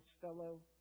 fellow